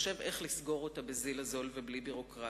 חושב איך לסגור אותה בזיל הזול ובלי ביורוקרטיה.